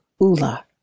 Ula